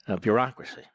bureaucracy